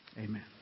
Amen